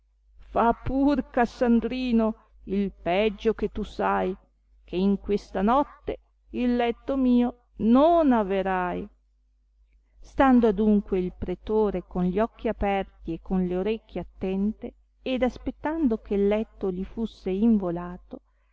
fa pur cassandrino il peggio che tu sai che in questa notte il letto mio non averai stando adunque il pretore con gli occhi aperti e con le orecchie attente ed aspettando che'l letto li fusse involato